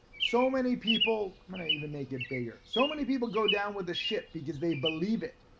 so many people, i'm gonna even make it bigger. so many people go down with the ship because they believe it.